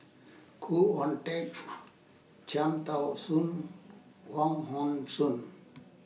Khoo Oon Teik Cham Tao Soon Wong Hong Suen